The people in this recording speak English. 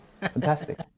fantastic